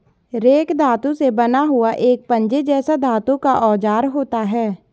rake धातु से बना हुआ एक पंजे जैसा धातु का औजार होता है